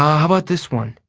um about this one?